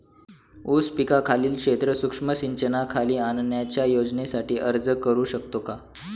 ऊस पिकाखालील क्षेत्र सूक्ष्म सिंचनाखाली आणण्याच्या योजनेसाठी अर्ज करू शकतो का?